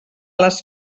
les